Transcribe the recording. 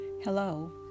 hello